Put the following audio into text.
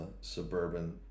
Suburban